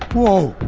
whoa!